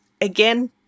again